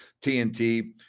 TNT